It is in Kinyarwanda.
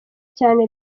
cyane